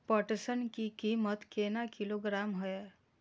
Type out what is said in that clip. पटसन की कीमत केना किलोग्राम हय?